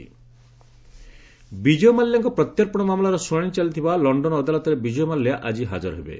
ରିଭ୍ ୟୁକେ ମାଲ୍ୟା ବିଜୟ ମାଲ୍ୟାଙ୍କ ପ୍ରତ୍ୟର୍ପଣ ମାମଲାର ଶୁଣାଣି ଚାଲିଥିବା ଲଣ୍ଡନ ଅଦାଲତରେ ବିଜୟ ମାଲ୍ୟା ଆଜି ହାକର ହେବେ